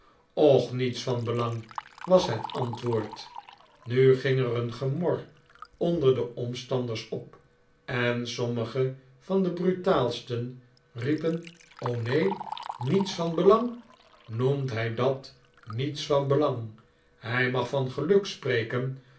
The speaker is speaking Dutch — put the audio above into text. och niets van belang was het antwoord nu ging er een gemor onder de omstanders op en sommige van de brutaalsten riepen neen niets van belang noemt hij dat niets van belang hij mag van geluk spreken